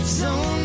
zone